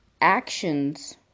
actions